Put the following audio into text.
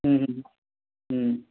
ಹ್ಞೂ ಹ್ಞೂ ಹ್ಞೂ